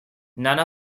none